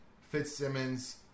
Fitzsimmons